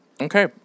Okay